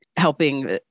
helping